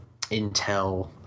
Intel